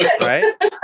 right